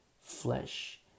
flesh